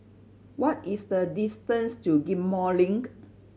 what is the distance to Ghim Moh Link